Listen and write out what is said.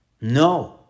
No